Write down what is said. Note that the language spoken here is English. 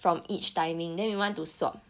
from each timing then we want to swap